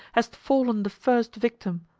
hast fallen the first victim.